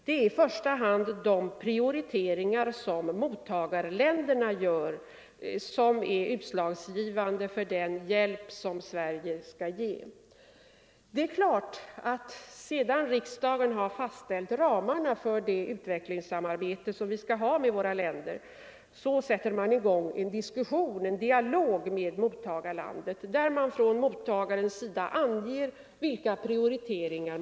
Det är i första hand mottagarländernas prioriteringar som är utslagsgivande för den hjälp som Sverige skall ge. Sedan riksdagen fastställt ramarna för det utvecklingssamarbete som vi skall ha, inleds en dialog med mottagarlandet. Mottagaren anger därvid sina prioriteringar.